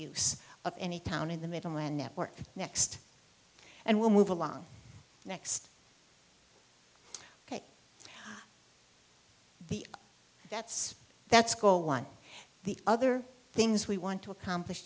of any town in the middle men network next and we'll move along next ok the that's that's call one the other things we want to accomplish